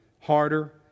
harder